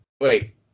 Wait